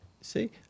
See